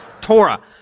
Torah